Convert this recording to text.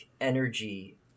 energy